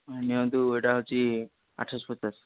ନିଅନ୍ତୁ ଏଇଟା ହେଉଛି ଆଠଶହ ପଚାଶ